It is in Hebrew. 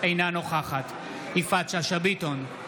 אינה נוכחת יפעת שאשא ביטון,